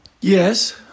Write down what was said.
Yes